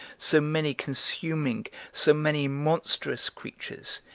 so many consuming, so many monstrous creatures,